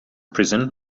prison